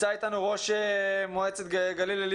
הוא מחזיר לנו דיון